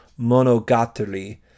monogatari